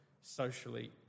socially